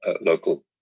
local